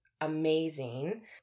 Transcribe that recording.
amazing